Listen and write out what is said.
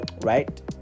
right